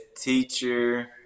teacher